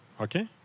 Okay